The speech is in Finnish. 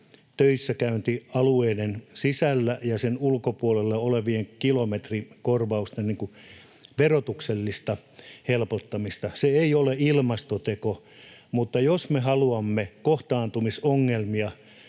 töissäkäyntialueiden sisällä ja niiden ulkopuolella olevien kilometrikorvausten verotuksellista helpottamista. Se ei ole ilmastoteko, mutta jos me haluamme kohtaantumisongelmia